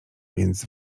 więc